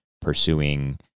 pursuing